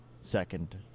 second